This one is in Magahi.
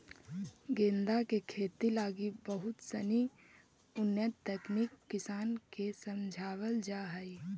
गेंदा के खेती लगी बहुत सनी उन्नत तकनीक किसान के समझावल जा हइ